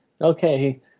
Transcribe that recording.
okay